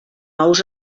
ous